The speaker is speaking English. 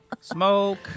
Smoke